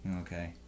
okay